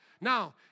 Now